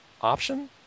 option